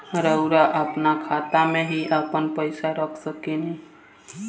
रउआ आपना खाता में ही आपन पईसा रख सकेनी